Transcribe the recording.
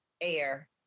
air